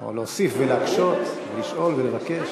או להוסיף ולהקשות, לשאול ולבקש.